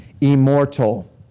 immortal